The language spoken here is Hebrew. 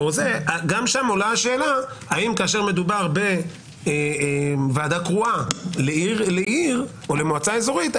גם שם עולה השאלה האם כאשר מדובר בוועדה קרואה לעיר או למועצה אזורית,